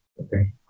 Okay